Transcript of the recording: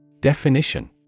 Definition